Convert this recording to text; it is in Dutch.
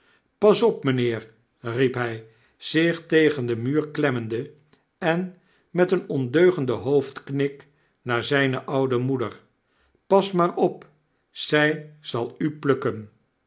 pas op mijnheer riep hy zich tegen den muur klemmende en met een ondeugenden hoofdknik naar zyne oude moeder pas maar opi zy zal u plukken